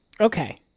okay